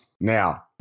Now